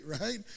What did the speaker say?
right